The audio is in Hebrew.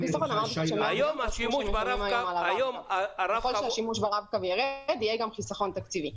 ככל שהשימוש ברב-קו ירד יהיה גם חיסכון תקציבי,